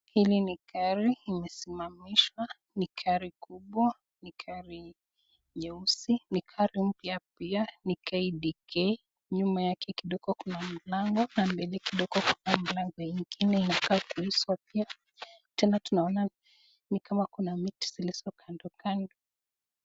Hili ni gari imesimamishwa ni gari kubwa ni gari nyeusi ni gari mpya pia ni KDA nyuma yake kidogo Kuna mlango kando yake kidogo Kuna mlango ingine Inakaa kufakia na tena tunaona ni kama Kuna miti zilizo kandokando.